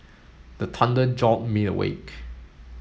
the thunder jolt me awake